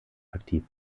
aktiv